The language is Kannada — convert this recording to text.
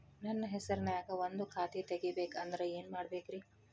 ನನ್ನ ಹೆಸರನ್ಯಾಗ ಒಂದು ಖಾತೆ ತೆಗಿಬೇಕ ಅಂದ್ರ ಏನ್ ಮಾಡಬೇಕ್ರಿ?